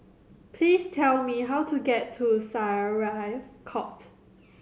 please tell me how to get to Syariah Court